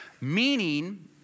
Meaning